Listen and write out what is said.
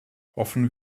hoffen